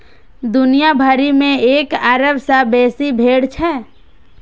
दुनिया भरि मे एक अरब सं बेसी भेड़ छै